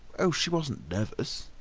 oh, she wasn't nervous.